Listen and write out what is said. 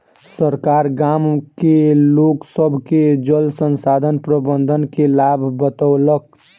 सरकार गाम के लोक सभ के जल संसाधन प्रबंधन के लाभ बतौलक